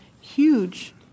huge